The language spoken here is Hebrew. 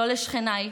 לא לשכניי,